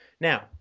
Now